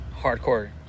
hardcore